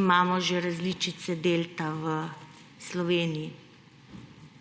imamo že različice delta v Sloveniji.